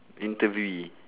interviewee